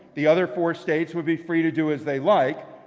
the other four states would be free to do as they like.